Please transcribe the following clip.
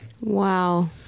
Wow